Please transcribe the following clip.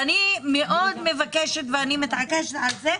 אני מאוד מבקשת ואני מתעקשת על זה.